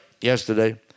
yesterday